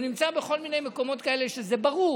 הוא נמצא בכל מיני מקומות כאלה שזה ברור